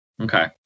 Okay